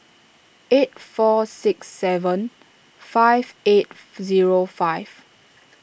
eight four six seven five eight zero five